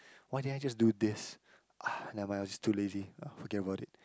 why didn't I just do this ah never mind I'm just too lazy ah forget about it